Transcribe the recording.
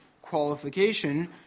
qualification